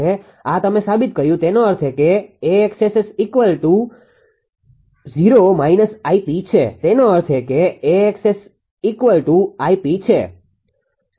આ તમે સાબિત કર્યું તેનો અર્થ એ કે 𝐴𝑋𝑆𝑆 Γ𝑝0 છે તેનો અર્થ એ કે 𝐴𝑋𝑆𝑆−Γ𝑝 છે